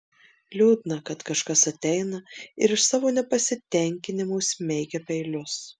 liūdna kad kažkas ateina ir iš savo nepasitenkinimo smeigia peilius